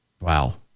Wow